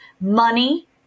money